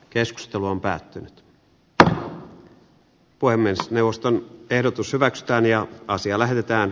tämä on erinomainen ehdotus ja asia lähetetään